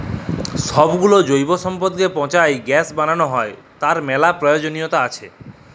ছবগুলা জৈব সম্পদকে পঁচায় গ্যাস বালাল হ্যয় উয়ার ম্যালা পরয়োজলিয়তা আছে